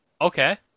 Okay